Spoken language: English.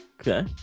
okay